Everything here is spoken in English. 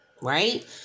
right